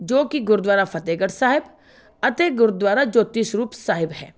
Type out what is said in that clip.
ਜੋ ਕਿ ਗੁਰਦੁਆਰਾ ਫਤਿਹਗੜ੍ਹ ਸਾਹਿਬ ਅਤੇ ਗੁਰਦੁਆਰਾ ਜੋਤੀ ਸਰੂਪ ਸਾਹਿਬ ਹੈ